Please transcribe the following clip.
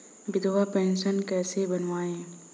विधवा पेंशन कैसे बनवायें?